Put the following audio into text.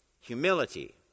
humility